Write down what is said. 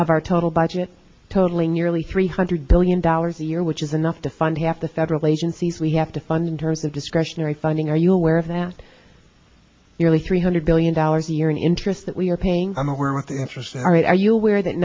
of our total budget totaling nearly three hundred billion dollars a year which is enough to fund half the federal agencies we have to fund in terms of discretionary funding are you aware of that nearly three hundred billion dollars a year in interest that we are paying i'm aware of their interests are you aware that